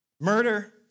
murder